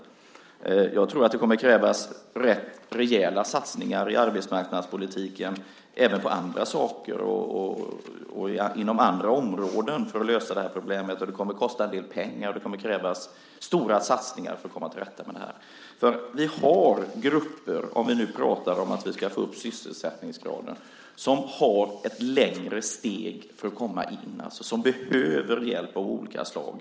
Men jag tror att det kommer att krävas rätt rejäla satsningar även på annat i arbetsmarknadspolitiken och inom andra områden för att lösa problemet. Det kommer att kosta en del pengar, och det kommer att krävas stora satsningar när det gäller att komma till rätta med det här. Om vi nu pratar om att få upp sysselsättningsgraden så har vi grupper för vilka steget är längre för att komma in. De behöver hjälp av olika slag.